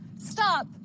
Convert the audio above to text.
stop